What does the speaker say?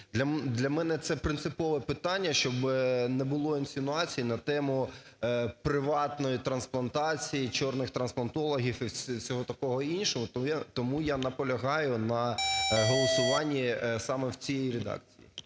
Для мене це принципове питання, щоби не було інсинуацій на тему "приватної трансплантації", "чорних транплантологів" і всього такого іншого. Тому я наполягаю на голосуванні саме в цій редакції.